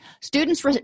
Students